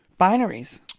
binaries